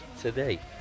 today